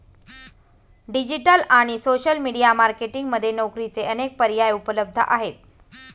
digital आणि social media marketing मध्ये नोकरीचे अनेक पर्याय उपलब्ध आहेत